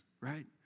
right